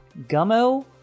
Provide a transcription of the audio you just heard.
gummo